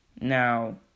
Now